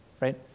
right